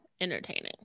entertaining